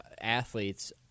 athletes